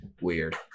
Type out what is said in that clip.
weird